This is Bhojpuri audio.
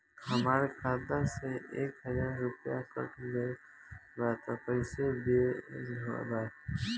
हमार खाता से एक हजार रुपया कट गेल बा त कइसे भेल बा?